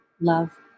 love